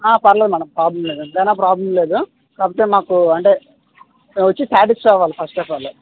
పర్లేదు madam problem లేదు ఎంత అయిన ప్రాబ్లమ్ లేదు కాకపోతే మాకు అంటే మేము వచ్చి సాటిస్ఫై అవ్వాల ఫస్ట్ ఆఫ్ ఆల్